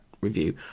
review